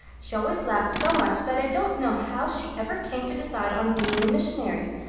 she always laughed so much that i don't know how she ever came to decide on being a missionary.